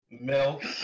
Milk